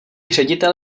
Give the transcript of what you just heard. ředitel